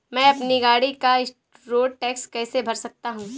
मैं अपनी गाड़ी का रोड टैक्स कैसे भर सकता हूँ?